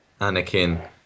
Anakin